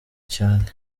cyane